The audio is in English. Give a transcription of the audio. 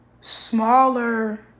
smaller